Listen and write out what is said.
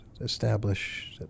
establish